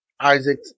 Isaac